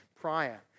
prior